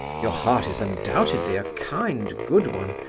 your heart is undoubtedly a kind, good one,